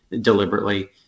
deliberately